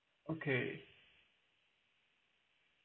okay